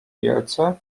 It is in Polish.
wielce